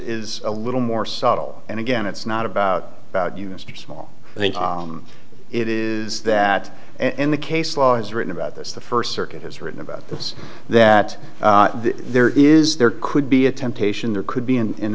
is a little more subtle and again it's not about about you mr small i think it is that and the case law as written about this the first circuit has written about this that there is there could be a temptation there could be in